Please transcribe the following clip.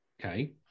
okay